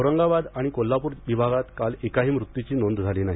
औरंगाबाद आणि कोल्हापूर विभागात काल एकाही मृत्यूची नोंद झाली नाही